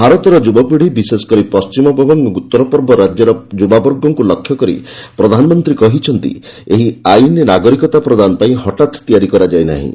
ଭାରତର ଯୁବାପିଢି ବିଶେଷକରି ପଶ୍ଚିମବଙ୍ଗ ଓ ଉତ୍ତରପୂର୍ବ ରାଜ୍ୟର ଯୁବାବର୍ଗକୁ ଲକ୍ଷ୍ୟ କରି ପ୍ରଧାନମନ୍ତ୍ରୀ କହିଛନ୍ତି' ଏହି ଆଇନ ନାଗରିକତା ପ୍ରଦାନ ପାଇଁ ହଠାତ୍ ତିଆରି କରାଯାଇନାହିଁ